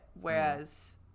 Whereas